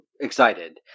excited